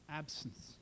absence